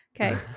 Okay